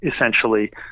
essentially